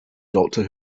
doctor